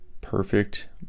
Perfect